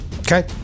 okay